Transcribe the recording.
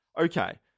Okay